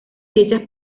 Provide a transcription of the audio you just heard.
ciencias